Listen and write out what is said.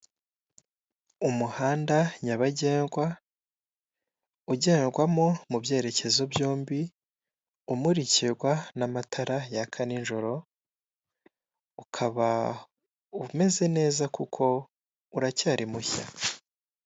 Umuhanda nyabagendwa ugendwamo mubyerekezo byombi umurikirwa n'amatara yaka ninjoro ukaba umeze neza kuko uracyari mushya.